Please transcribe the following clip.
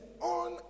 on